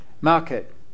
market